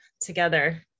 together